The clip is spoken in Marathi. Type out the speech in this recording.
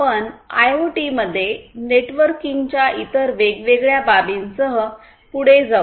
आपण आयओटीमध्ये नेटवर्किंगच्या इतर वेगवेगळ्या बाबींसह पुढे जाऊ